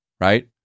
right